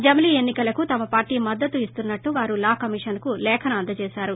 జమిలి ఎన్ని కలకు తమ పార్లీ మద్దతు ఇస్తునట్లు వారు లా కమిషన్కు లేఖను అందజేశారు